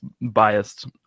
biased